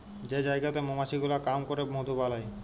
যে জায়গাতে মমাছি গুলা কাম ক্যরে মধু বালাই